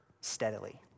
steadily